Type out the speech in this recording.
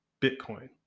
Bitcoin